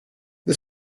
the